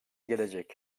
gelecek